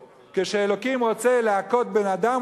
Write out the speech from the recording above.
יַאְח'ד' מִנְה אל-מֻח' כשאלוקים רוצה להכות בן-אדם,